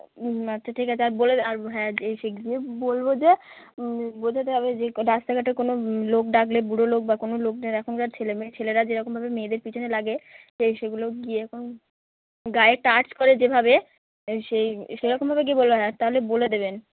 আচ্ছা ঠিক আছে আর বলে আর হ্যাঁ যে সেগুলো বলবো যে বোঝাতে হবে যে রাস্তাঘাটে কোনো লোক ডাকলে বুড়ো লোক বা কোনো লোকজন এখনকার ছেলেমেয়ে ছেলেরা যেরকমভাবে মেয়েদের পিছনে লাগে তো এই সেগুলো গিয়ে এখন গাঁয়ে টাচ করে যেভাবে সেই সেরকমভাবে গিয়ে বলে না তাহলে বলে দেবেন